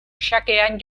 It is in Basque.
xakean